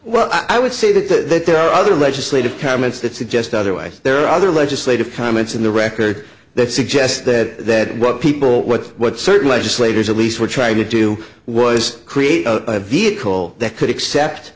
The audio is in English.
well i would say that there are other legislative comments that suggest otherwise there are other legislative comments in the record that suggest that what people what what certain legislators at least were trying to do was create a vehicle that could accept